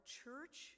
church